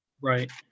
Right